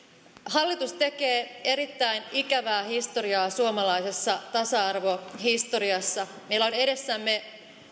hallitus tekee erittäin ikävää historiaa suomalaisessa tasa arvohistoriassa meillä on edessämme